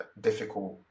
difficult